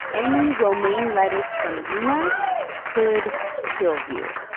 any romaine lettuce from yuma could kill you.